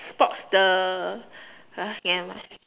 spots the uh nevermind